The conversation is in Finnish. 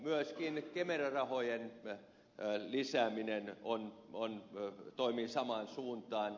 myöskin kemera rahojen lisääminen toimii samaan suuntaan